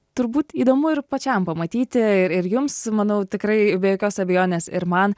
turbūt įdomu ir pačiam pamatyti ir jums manau tikrai be jokios abejonės ir man